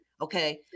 okay